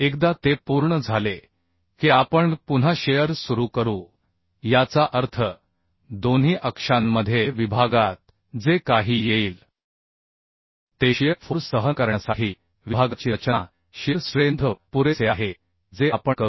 एकदा ते पूर्ण झाले की आपण पुन्हा शिअर सुरू करू याचा अर्थ दोन्ही अक्षांमध्ये विभागात जे काही येईल ते शिअर फोर्स सहन करण्यासाठी विभागाची रचना शिअर स्ट्रेंथ पुरेसे आहे जे आपण करू